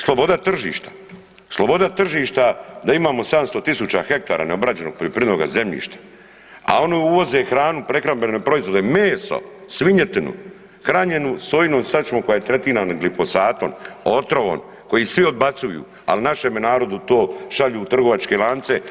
Sloboda tržišta, sloboda tržišta da imamo 700 000 ha neobrađenog poljoprivrednoga zemljišta, a oni uvoze hranu, prehrambene proizvode, meso, svinjetinu, hranjenu sojinu sačmu koja je tretirana glifosatom, otrovom koji svi odbacuju ali našemu narodu to šalju u trgovačke lance